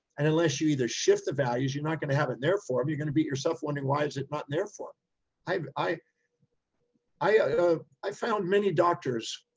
and unless you either shift the values, you're not going to have it in their form, you're going to beat yourself wondering why is it not in their form. i i ah ah i found many doctors,